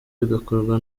bigakorwa